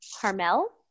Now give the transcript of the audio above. Carmel